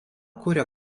kuria